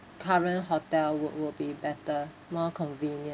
current hotel wou~ would be better more convenient